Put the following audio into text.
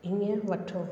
हीअं वठो